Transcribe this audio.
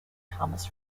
comes